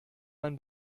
man